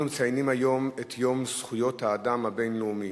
אנו מציינים היום את יום זכויות האדם הבין-לאומי